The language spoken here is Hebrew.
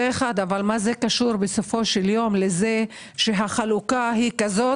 אבל מה זה קשור בסופו של יום לזה שהחלוקה היא כזו